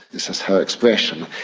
this is her expression.